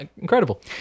Incredible